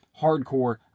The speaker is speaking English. hardcore